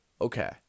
Okay